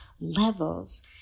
levels